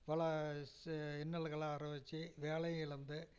பல சே இன்னல்களை வரவெச்சு வேலையும் இழந்து